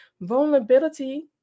vulnerability